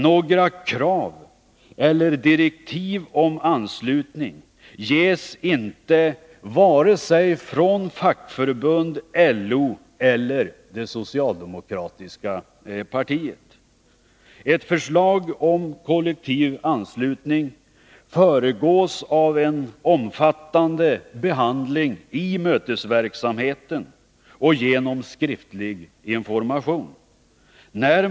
Några krav på eller direktiv om anslutning ges inte vare sig från fackförbund, LO eller det socialdemokratiska partiet. Ett förslag om kollektivanslutning föregås av en omfattande behandling i mötesverksamheten och av skriftlig information.